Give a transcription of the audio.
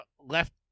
left